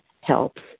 helps